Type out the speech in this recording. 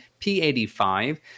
P85